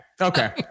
okay